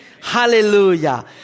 Hallelujah